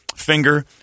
Finger